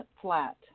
Flat